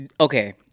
okay